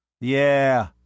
Yeah